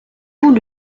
vous